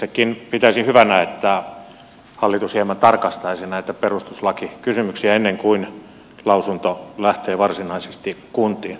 itsekin pitäisin hyvänä että hallitus hieman tarkastaisi näitä perustuslakikysymyksiä ennen kuin lausunto lähtee varsinaisesti kuntiin